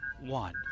one